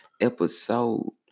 episode